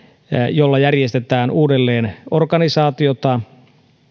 joilla järjestetään uudelleen organisaatiota